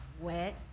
Wet